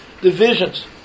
divisions